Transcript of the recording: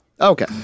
Okay